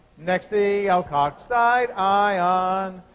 next the alkoxide ion,